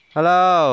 Hello